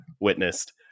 witnessed